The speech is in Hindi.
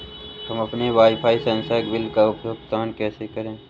हम अपने वाईफाई संसर्ग बिल का भुगतान कैसे करें?